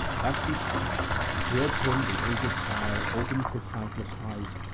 thus he spake and towards him the aged sire opened his sightless eyes,